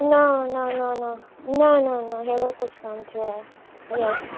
न न न न न न न अहिड़ो कुझु कान थियो आहे हींअर